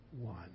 one